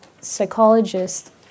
psychologist